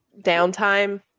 downtime